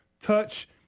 touch